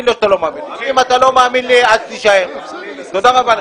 בתוכנית 173201. אני עונה לך.